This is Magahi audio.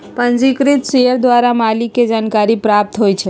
पंजीकृत शेयर द्वारा मालिक के जानकारी प्राप्त होइ छइ